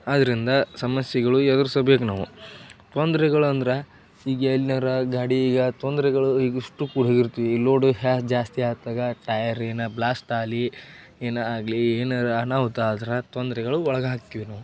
ಆದ್ದರಿಂದ ಸಮಸ್ಯೆಗಳು ಎದ್ರಿಸಬೇಕ್ ನಾವು ತೊಂದ್ರೆಗಳ್ ಅಂದ್ರೆ ಈಗ ಎಲ್ಲಾರೂ ಗಾಡಿ ಈಗ ತೊಂದರೆಗಳು ಈಗ ಇಷ್ಟು ಇರ್ತೀವಿ ಲೋಡು ಹೇಗ್ ಜಾಸ್ತಿ ಆತಗ ಟಯರ್ ಏನೇ ಬ್ಲಾಸ್ಟಾಗ್ಲಿ ಏನೇ ಆಗಲಿ ಏನಾರೂ ಅನಾಹುತ ಆದ್ರೆ ತೊಂದ್ರೆಗಳು ಒಳಗಾಕ್ತೀವಿ ನಾವು